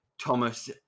Thomas